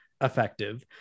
effective